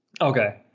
Okay